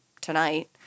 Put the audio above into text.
tonight